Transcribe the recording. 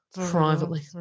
privately